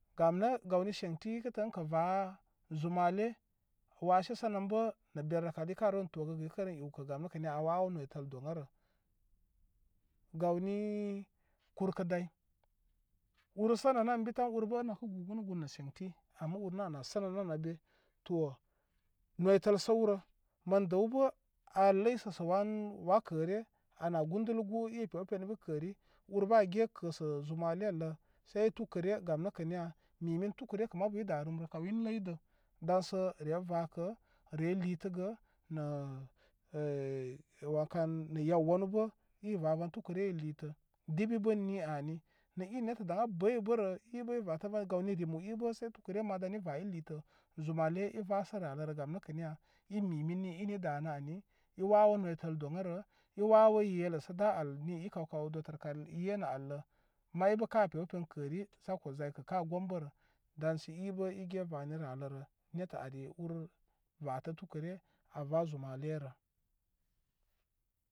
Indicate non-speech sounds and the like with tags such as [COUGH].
Gamnə gawnə sheŋti ikə tə ənkə va zumale washe sənən bə nə der ikarew togəgə ika rew ewkə gamnəkə niya a wawə noydəl doŋ a rə gawni kurkuday ur sənənən bi tan urbə gugunugun nə sheŋti ama ur nə an na sənənən abe to noytəl səwrə mən dəwbə a ləysə sə wan wokəre an na gundulu gu i pew pen bə kəri urbə a ge kə sə nə zumalelə se tukəne gam nəkə miya mimin tukərekə mabu ida rəmrə kaw nə i ləydə dangsə re vakə re litəgə na [HESITATION] na yaw wanu bə i va vam tukəre sə i litə dibi bə ən ni ani nengi nettə daŋ bə a bəy bərə i bə i vatə van gaw ni gimu i bə se tukəre ma daŋ i va i litə zumale i vasə ralərə gam nəkə niya i mimin ni in i da nə ani i wawə noytəl doŋ arə i wawə yeləsə da al ni i kaw kaw iye nə allə may be ka pew pen kəri sakko zau kə ka gom bərə daŋsə ibə i ge vani sə ralərə nettə ari ur vatə tukə re a va zumalerə.